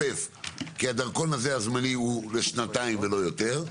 גם כי הדרכון הזמני הוא לשנתיים ולא יותר.